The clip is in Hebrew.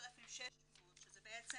כש-5,600 שזה בעצם